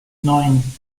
neun